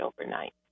overnight